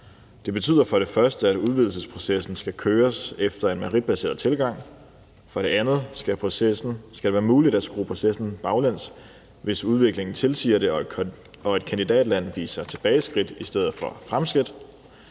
Det betyder for det første, at udvidelsesprocessen skal køres efter en meritbaseret tilgang. For det andet skal det være muligt at skrue processen baglæns, hvis udviklingen tilsiger det og et kandidatland viser tilbageskridt i stedet for fremskridt.